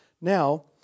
Now